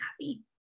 happy